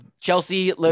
Chelsea